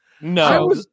No